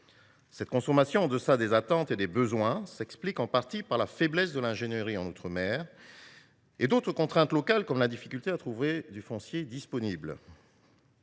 Cette sous consommation, en deçà des attentes et en deçà des besoins, s’explique pour partie par la faiblesse de l’ingénierie en outre mer et par d’autres contraintes locales, comme la difficulté à trouver du foncier disponible.